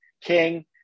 King